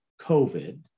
COVID